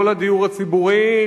לא לדיור הציבורי,